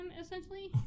essentially